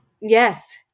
Yes